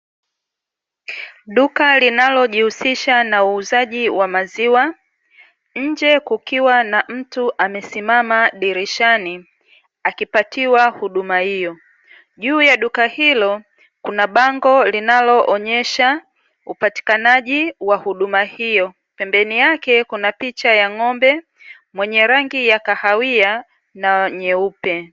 Duka linalojishunghulisha na uuzaji wa maziwa nje kukiwa na mtu amesimama dirishani akipatiwa huduma hiyo, juu ya duka hilo kuna bango linaloonyesha hupatikanaji wa huduma hiyo ,pembeni yake kuna picha ya ngombe mwenye rangi ya kahawia na nyeupe .